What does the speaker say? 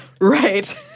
Right